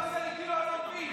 מה אתה עושה לי כאילו אני לא מבין,